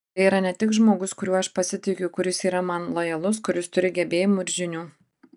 tai yra ne tik žmogus kuriuo aš pasitikiu kuris yra man lojalus kuris turi gebėjimų ir žinių